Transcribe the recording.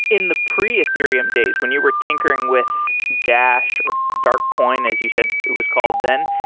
in the pre-ethereum days, when you were tinkering with dash, or darkcoin as you said it was called then,